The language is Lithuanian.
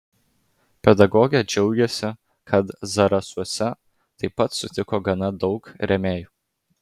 pedagogė džiaugėsi kad zarasuose taip pat sutiko gana daug rėmėjų